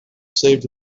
saved